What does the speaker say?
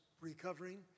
recovering